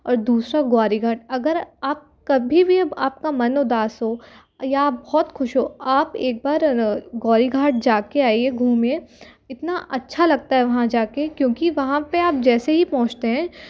और दूसरा गौरी घाट अगर आप कभी भी आपका मन उदास हो या आप बहुत खुश हो आप एक बार गौरी घाट जा के आइये घूमिए इतना अच्छा लगता है वहाँ जा के क्योंकि वहाँ पे आप जैसे पहोचते हैं